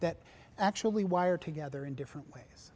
that actually wire together in different ways